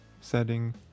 setting